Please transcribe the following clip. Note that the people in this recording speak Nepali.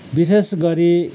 विशेष गरि